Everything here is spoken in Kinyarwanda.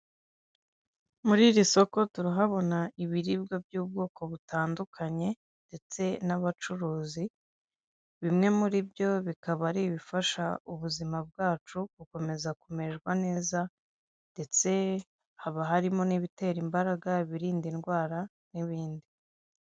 Muri iri soko turahabona ibiribwa by'ubwoko butandukanye ndetse n'abacuruzi, bimwe muri byo bikaba ari ibifasha ubuzima bwacu gukomeza kumererwa neza ndetse haba harimo n'ibitera imbaraga, ibirinda indwara n'ibindi.